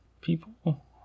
people